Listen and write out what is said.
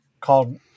called